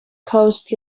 coast